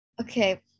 Okay